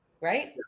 right